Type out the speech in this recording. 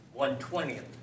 One-twentieth